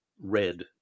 red